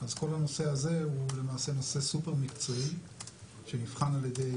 אז כל הנושא הזה הוא למעשה נושא סופר מקצועי שנבחן על ידי